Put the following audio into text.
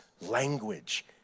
language